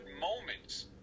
moments